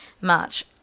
March